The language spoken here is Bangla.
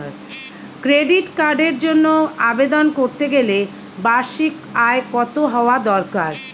ক্রেডিট কার্ডের জন্য আবেদন করতে গেলে বার্ষিক আয় কত হওয়া দরকার?